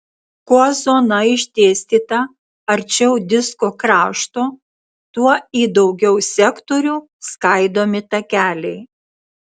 kuo zona išdėstyta arčiau disko krašto tuo į daugiau sektorių skaidomi takeliai